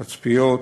תצפיות,